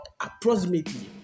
approximately